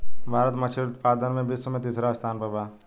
भारत मछली उतपादन में विश्व में तिसरा स्थान पर बा